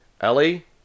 ellie